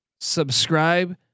subscribe